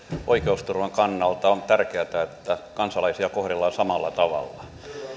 oikeusturvan kannalta on tärkeätä että kansalaisia kohdellaan samalla tavalla